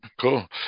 Cool